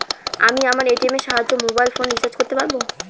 আমি আমার এ.টি.এম এর সাহায্যে মোবাইল ফোন রিচার্জ করতে পারব?